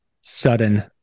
sudden